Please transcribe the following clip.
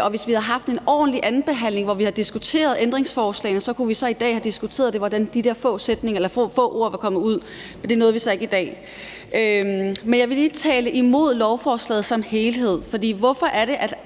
og hvis vi havde haft en ordentlig andenbehandling, hvor vi kunne have diskuteret alle detaljerne, så kunne vi i dag have diskuteret, hvordan de her få sætninger eller få ord kunne komme ud, men det nåede vi så ikke i dag. Jeg vil lige tale imod lovforslaget som helhed. For hvorfor er det, at